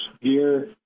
gear